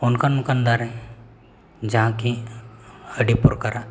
ᱚᱱᱠᱟᱱᱼᱚᱱᱠᱟᱱ ᱫᱟᱨᱮ ᱡᱟᱦᱟᱸ ᱠᱤ ᱟᱹᱰᱤ ᱯᱨᱚᱠᱟᱨᱟᱜ